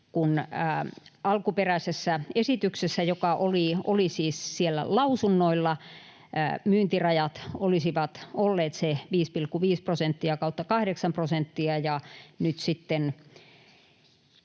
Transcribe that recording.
alkuperäisessä esityksessä, joka oli siis siellä lausunnoilla, myyntirajat olisivat olleet se 5,5 prosenttia/8 prosenttia,